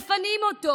מפנים אותו.